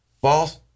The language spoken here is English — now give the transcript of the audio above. false